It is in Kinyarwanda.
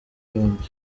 yombi